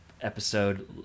episode